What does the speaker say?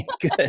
good